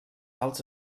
alts